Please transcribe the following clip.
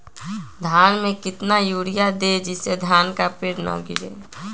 धान में कितना यूरिया दे जिससे धान का पेड़ ना गिरे?